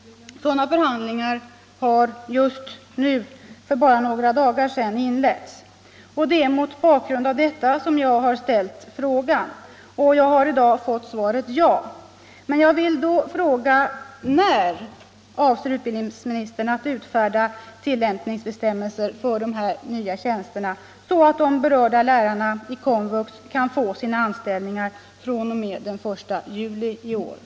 Sådana förhandlingar inleddes för bara några dagar sedan. Det är mot bakgrund av detta som jag har ställt frågan om utbildningsministern avser att utfärda tillämpningsbestämmelser för de nya tjänsterna så att berörda lärare i kommunal vuxenutbildning kan få sina anställningar fr.o.m. den I juli i år. Utbildningsministern har i dag svarat ja på den frågan. Men då vill jag fråga: När avser utbildningsministern att utfärda dessa tillämpningsföreskrifter?